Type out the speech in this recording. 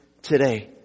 Today